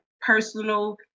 personal